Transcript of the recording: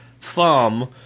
thumb